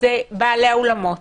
זה בעלי האולמות